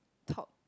top